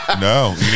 No